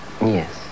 yes